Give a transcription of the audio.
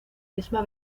misma